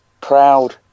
proud